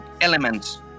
elements